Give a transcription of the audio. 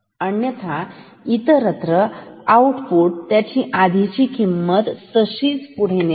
अन्यथा इतरत्र आउटपुट त्याची आधीची किंमत तशीच पुढे नेत राहिल